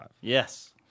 Yes